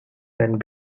and